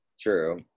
True